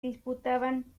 disputaban